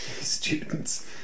Students